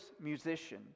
musician